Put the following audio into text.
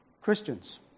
Christians